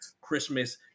Christmas